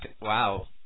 Wow